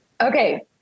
Okay